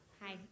Hi